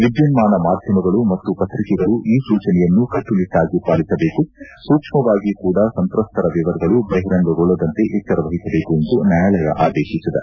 ವಿದ್ಯುನ್ಮಾನ ಮಾಧ್ಯಮಗಳು ಮತ್ತು ಪ್ರತಿಕೆಗಳು ಈ ಸೂಚನೆಯನ್ನು ಕಟ್ಟುನಿಟ್ಟಾಗಿ ಪಾಲಿಸಬೇಕು ಸೂಕ್ಷ್ಮವಾಗಿ ಕೂಡ ಸಂತ್ರಸ್ತರ ವಿವರಗಳು ಬಹಿರಂಗಗೊಳ್ಳದಂತೆ ಎಚ್ಚರವಹಿಸಬೇಕು ಎಂದು ನ್ಯಾಯಾಲಯ ಆದೇಶಿಸಿದೆ